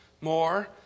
More